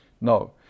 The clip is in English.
No